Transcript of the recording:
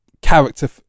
character